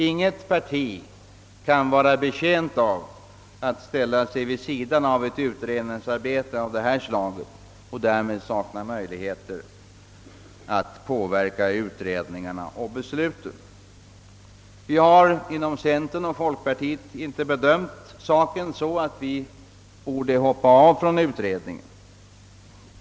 Inget parti kan vara betjänt av att ställa sig vid sidan av ett utredningsarbete av detta slag och därmed avhända sig möjligheterna att påverka undersökningarna och besluten. Vi har inom centern och folkpartiet inte bedömt saken så att vi borde hoppa av från utredningen.